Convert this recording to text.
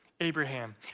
Abraham